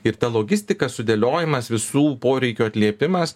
ir ta logistika sudėliojimas visų poreikių atliepimas